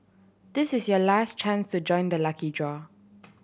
this is your last chance to join the lucky draw